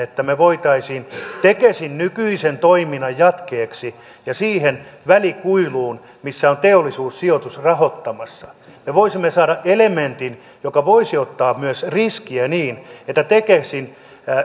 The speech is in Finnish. me voisimme tekesin nykyisen toiminnan jatkeeksi ja siihen välikuiluun missä on teollisuussijoitus rahoittamassa saada elementin joka voisi ottaa myös riskiä niin että tekesin